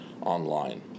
Online